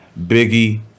Biggie